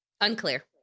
Unclear